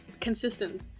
consistent